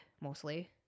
mostly